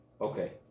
Okay